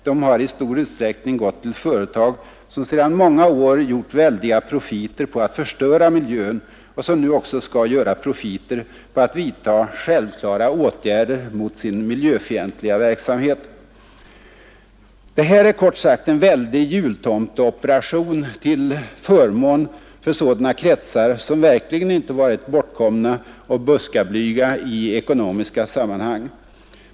De har i stor utsträckning gått till företag som sedan många år gjort väldiga profiter på att förstöra miljön och som nu också skall göra profiter på att vidta självklara åtgärder mot sin miljöskadliga verksamhet. Det här är kort sagt en väldig jultomteoperation till förmån för sådana kretsar som verkligen inte varit bortkomna och buskablyga i ekonomiska sammanhang.